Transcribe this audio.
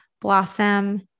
blossom